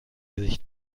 gesicht